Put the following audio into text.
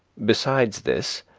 beside this,